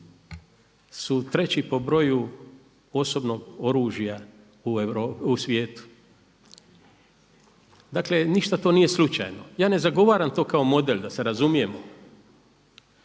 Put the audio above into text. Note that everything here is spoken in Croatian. su treći po broju osobnog oružja u svijetu. Dakle, ništa to nije slučajno. Ja ne zagovaram to kao model da se razumijemo.